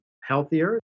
healthier